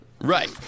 Right